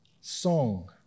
song